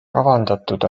kavandatud